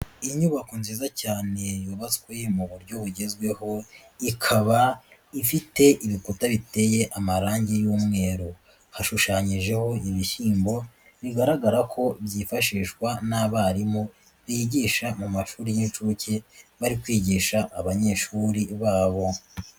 Iyi nyubako nziza cyane yubatswe mu buryo bugezweho ikaba ifite ibikuta biteye amarangi y'umweru, hashushanyijeho ibishyimbo bigaragara ko byifashishwa n'abarimu bigisha mu mashuri y'inshuke bari kwigisha abanyeshuri babo.